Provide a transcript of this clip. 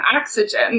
oxygen